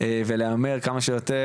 ולהמר כמה שיותר,